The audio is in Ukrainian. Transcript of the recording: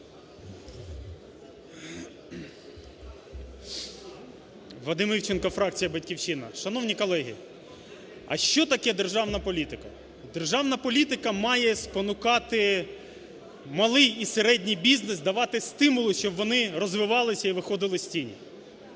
Вадим Івченко, фракція "Батьківщина". Шановні колеги, а що таке державна політика? Державна політика має спонукати малий і середній бізнес, давати стимули, щоб вони розвивались і виходили з тіні.